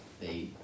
they-